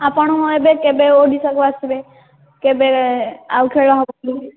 ଆପଣ ଏବେ କେବେ ଓଡ଼ିଶାକୁ ଆସିବେ କେବେ ଆଉ ଖେଳ ହବ କି